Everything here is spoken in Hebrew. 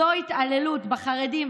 זו התעללות בחרדים,